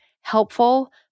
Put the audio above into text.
helpful